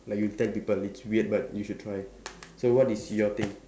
like you tell people it's weird but you should try so what is your thing